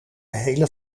hele